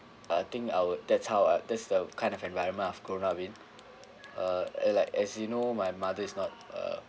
I think I would that's how uh that's the kind of environment I've grown up in uh uh like as you know my mother is not uh